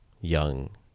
young